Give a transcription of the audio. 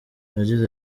yagize